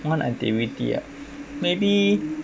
one activity ah maybe